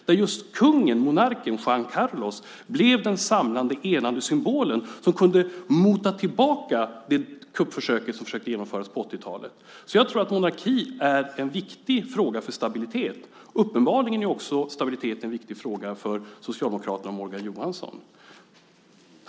Kung Juan Carlos blev då den enande symbol som kunde mota tillbaka kuppmakarna. Jag tror att monarkin är viktig för stabiliteten. Uppenbarligen är stabiliteten viktig också för Morgan Johansson och Socialdemokraterna.